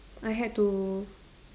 I had to